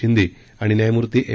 शिंदे आणि न्यायमूर्ती एम